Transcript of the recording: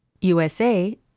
USA